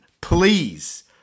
Please